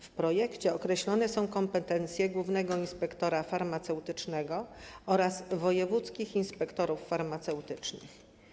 W projekcie określone są kompetencje głównego inspektora farmaceutycznego oraz wojewódzkich inspektorów farmaceutycznych.